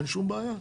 אין שום בעיה.